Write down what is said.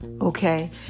okay